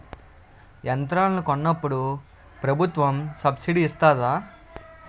యంత్రాలను కొన్నప్పుడు ప్రభుత్వం సబ్ స్సిడీ ఇస్తాధా?